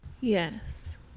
Yes